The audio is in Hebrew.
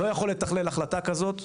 לא יכול לתכלל החלטה כזאת,